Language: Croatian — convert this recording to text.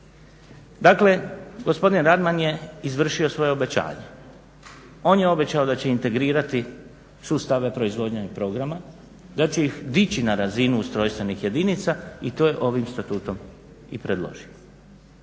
Dakle, gospodin Radman je izvršio svoje obećanje. On je obećao da će integrirati sustave proizvodnje programa, da će ih dići na razinu ustrojstvenih jedinica i to je ovim Statutom i predložio.